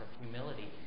humility